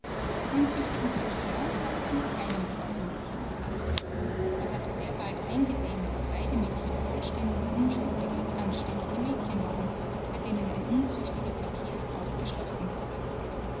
unzüchtigen verkehr habe er mit keinem der beiden mädchen gehabt er hatte sehr bald eingesehen daß beide mädchen vollständig unschuldige anständige mädchen waren bei denen ein unzüchtiger verkehr ausgeschlossen war